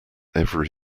every